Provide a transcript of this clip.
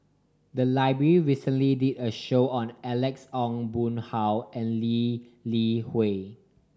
the library recently did a roadshow on Alex Ong Boon Hau and Lee Li Hui